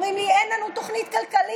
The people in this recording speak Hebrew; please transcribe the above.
אומרים לי: אין לנו תוכנית כלכלית,